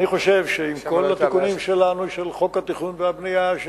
אני חושב שעם כל התיקונים שלנו בחוק התכנון והבנייה,